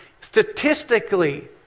statistically